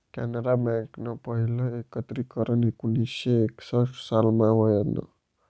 कॅनरा बँकनं पहिलं एकत्रीकरन एकोणीसशे एकसठ सालमा व्हयनं